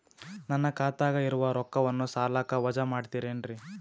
ನನ್ನ ಖಾತಗ ಇರುವ ರೊಕ್ಕವನ್ನು ಸಾಲಕ್ಕ ವಜಾ ಮಾಡ್ತಿರೆನ್ರಿ?